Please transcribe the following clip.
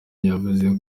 yavuze